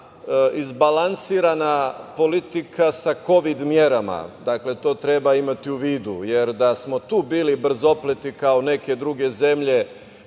izbalansirana politika sa kovid merama. Dakle, to treba imati u vidu, jer da smo tu bili brzopleti kao neke druge zemlje